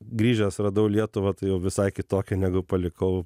grįžęs radau lietuvą tai jau visai kitokią negu palikau